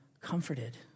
comforted